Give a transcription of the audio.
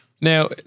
Now